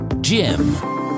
Jim